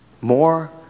more